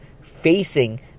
facing